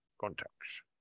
contacts